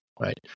right